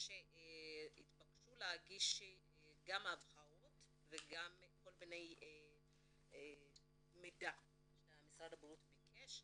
התבקשו להגיש גם הבהרות וגם כל מיני מידע שמשרד הבריאות ביקש.